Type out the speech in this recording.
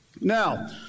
Now